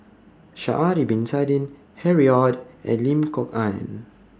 Sha'Ari Bin Tadin Harry ORD and Lim Kok Ann